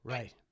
Right